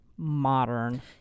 modern